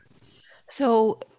So-